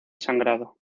sangrado